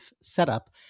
setup